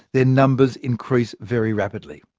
their numbers increase very rapidly.